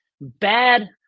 bad